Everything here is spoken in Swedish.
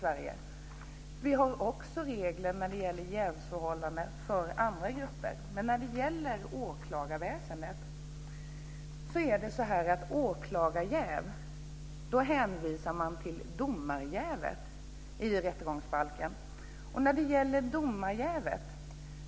Vi har också regler för jävsförhållanden för andra grupper, men för åklagarjäv hänvisar man i rättegångsbalken till domarjävet.